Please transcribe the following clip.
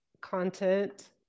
content